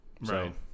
Right